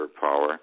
power